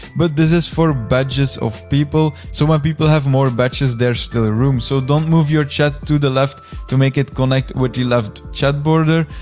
but this is for badges of people. so when people have more badges, there's still room, so don't move your chat to the left to make it connect with the left chat border.